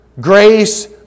grace